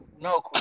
No